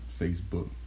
Facebook